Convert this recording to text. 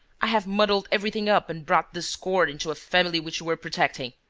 i have muddled everything up and brought discord into a family which you were protecting.